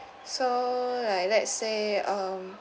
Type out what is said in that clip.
so like let's say um